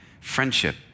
friendship